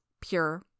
pure